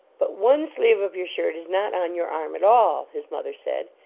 but one sleeve of your shirt is not on your arm at all, his mother said,